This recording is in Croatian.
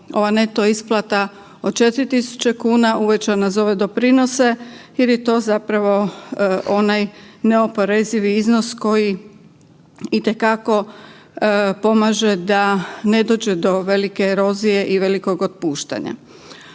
ova neto isplata od 4.000 kuna uvećana za ove doprinose jer je to zapravo onaj neoporezivi iznos koji itekako pomaže da ne dođe do velike erozije i velikog otpuštanja.